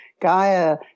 Gaia